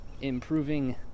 improving